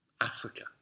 Africa